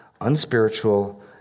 unspiritual